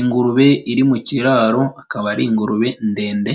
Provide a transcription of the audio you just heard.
Ingurube iri mu kiraro akaba ari ingurube ndende,